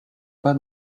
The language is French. pas